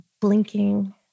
blinking